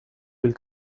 will